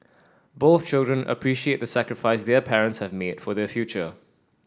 both children appreciate the sacrifice their parents have made for their future